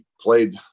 played